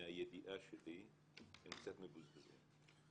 מהידיעה שלי, הם קצת מבוזבזים.